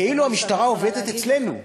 כאילו המשטרה עובדת אצלנו,